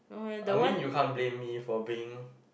I mean you can't blame me for being